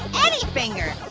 any finger.